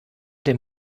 dem